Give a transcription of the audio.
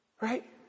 Right